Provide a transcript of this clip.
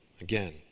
again